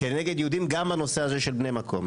כנגד יהודים, גם בנושא הזה של בני מקום.